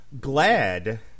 glad